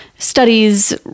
studies